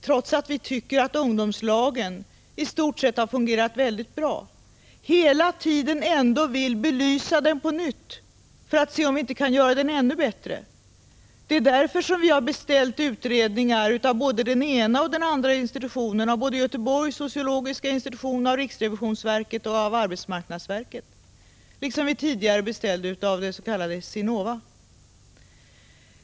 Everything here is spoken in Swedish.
Trots att vi tycker att ungdomslagen i stort sett fungerat mycket bra, försöker vi hela tiden belysa dem på nytt för att se om vi inte kan göra dem ännu bättre. Det är därför vi beställt utredningar av flera olika institutioner, både Göteborgs sociologiska institution, riksrevisionsverket och arbetsmarknadsverket, liksom vi tidigare beställt av konsultföretaget SINOVA.